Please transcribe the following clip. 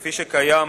כפי שקיים